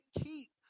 keep